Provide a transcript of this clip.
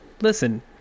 listen